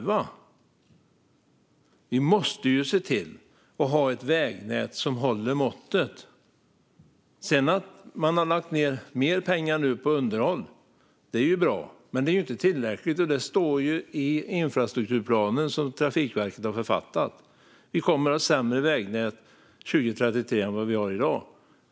Vi måste se till att ha ett vägnät som håller måttet. Att man nu har lagt mer pengar på underhåll är bra, men det är inte tillräckligt. Det står i infrastrukturplanen, som Trafikverket har författat, att vi kommer att ha sämre vägnät 2033 än vad vi har i dag.